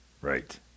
Right